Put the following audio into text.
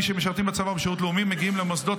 מי שמשרתים בצבא ובשירות לאומי מגיעים למוסדות